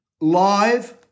live